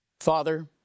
father